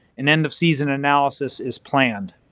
and end-of-season analysis is planned.